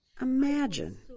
Imagine